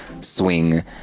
Swing